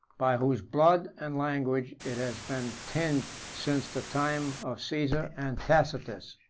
by whose blood and language it has been tinged since the time of caesar and tacitus.